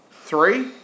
three